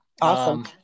Awesome